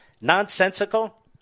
nonsensical